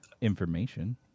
information